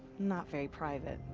not very private.